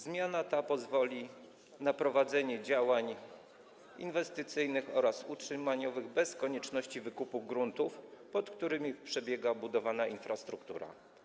Zmiana ta pozwoli na prowadzenie działań inwestycyjnych oraz utrzymaniowych bez konieczności wykupu gruntów, pod którymi przebiega budowana infrastruktura.